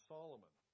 Solomon